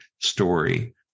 story